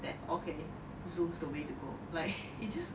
that okay zoom is the way to go like it just